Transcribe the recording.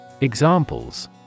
Examples